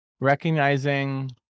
Recognizing